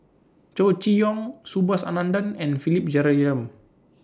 Chow Chee Yong Subhas Anandan and Philip Jeyaretnam